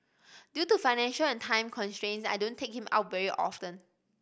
due to financial and time constraints I don't take him out very often